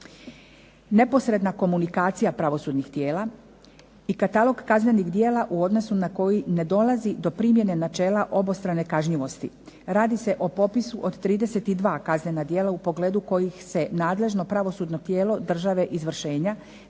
Neposredna komunikacija pravosudnih tijela i katalog kaznenih djela u odnosu na koji ne dolazi do primjene načela obostrane kažnjivosti. Radi se o popisu od 32 kaznena djela u pogledu kojih se nadležno pravosudno tijelo države izvršenja